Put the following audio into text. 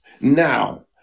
now